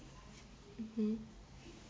mmhmm